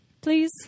please